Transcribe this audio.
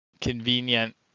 convenient